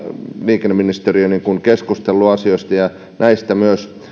liikenneministeriö keskustelleet asioista myös näistä